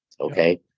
okay